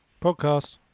Podcast